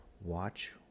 watch